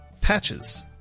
Patches